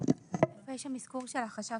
איפה יש שם אזכור של החשב?